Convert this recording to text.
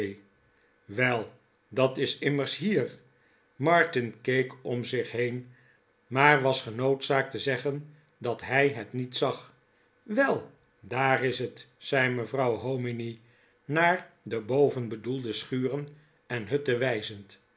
wel dat is immers hier martin keek om zich heen maar was genoodzaakt te zeggen dat hij het niet zag wel dar is het zei mevrouw hominy naar de bovenbedoelde schuren en hutten wijzend